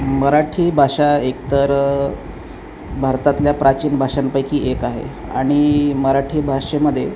मराठी भाषा एकतर भारतातल्या प्राचीन भाषांपैकी एक आहे आणि मराठी भाषेमध्ये